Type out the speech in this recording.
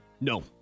No